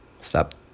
stop